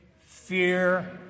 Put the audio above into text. Fear